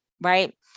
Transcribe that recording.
Right